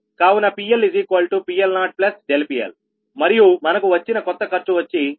కావున PLPL0PLమరియు మనకు వచ్చిన కొత్త ఖర్చు వచ్చి CT